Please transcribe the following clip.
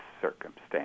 circumstance